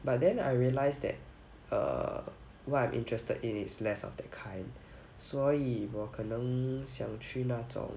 but then I realize that err what I'm interested in is less of that kind 所以我可能想去那种